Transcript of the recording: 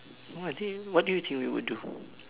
no I think what do you think we would do